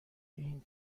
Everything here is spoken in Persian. این